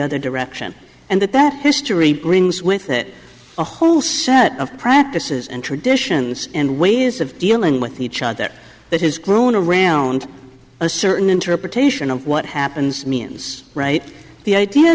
other direction and that that history brings with it a whole set of practices and traditions and ways of dealing with each other that has grown around a certain interpretation of what happens means right the idea